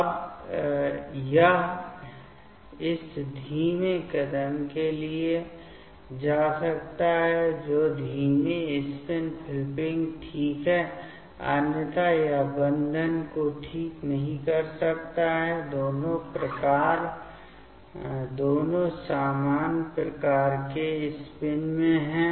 अब यह इस धीमे कदम के लिए जा सकता है जो धीमी स्पिन फ़्लिपिंग ठीक है अन्यथा यह बंधन को ठीक नहीं कर सकता है दोनों समान प्रकार के स्पिन में हैं